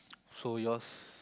so yours